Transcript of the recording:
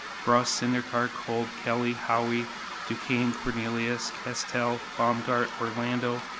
bruss, syndergaard, kolb, kelley, howey, duquaine, cornelius, kestell, baumgart, orlando,